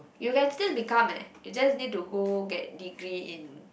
you can still become eh you just need to go get degree in